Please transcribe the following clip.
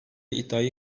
iddiayı